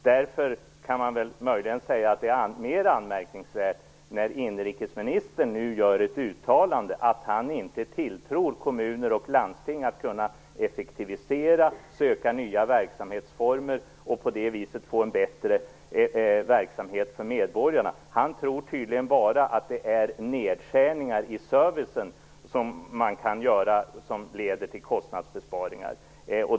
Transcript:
Därför kan man möjligen säga att det är mer anmärkningsvärt när inrikesministern nu gör ett uttalande om att han inte tilltror kommuner och landsting att kunna effektivisera och söka nya verksamhetsformer och på det viset få en bättre verksamhet för medborgarna. Han tror tydligen bara att det är de nedskärningar i servicen som man kan göra som leder till kostnadsbesparingar.